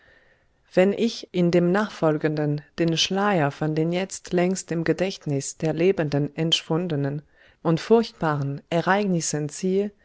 wenn ich in dem nachfolgenden den schleier von den jetzt längst dem gedächtnis der lebenden entschwundenen seltsamen und furchtbaren ereignissen ziehe